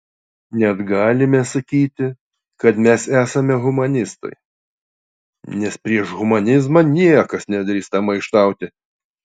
net galime sakyti kad mes esame humanistai nes prieš humanizmą niekas nedrįsta maištauti